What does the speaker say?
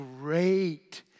great